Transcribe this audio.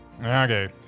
Okay